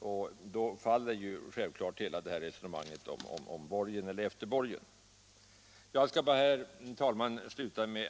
Därmed faller givetvis hela resonemanget om borgen eller efterborgen.